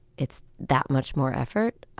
it's that much more effort.